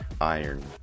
iron